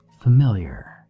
familiar